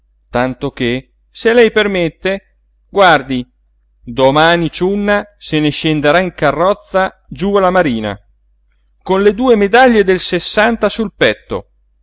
tanto che se lei permette guardi domani ciunna se ne scenderà in carrozza giú alla marina con le due medaglie del sessanta sul petto